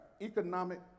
economic